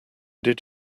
did